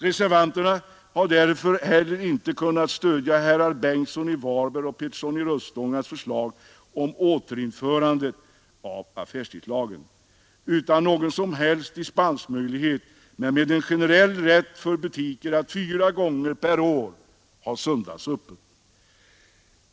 Reservanterna har därför inte heller kunnat stödja herrar Bengtssons i Varberg och Peterssons i Röstånga förslag om återinförande av affärstidslagen utan någon som helst dispensmöjlighet men med en generell rätt för butiker att fyra gånger per år ha söndagsöppet.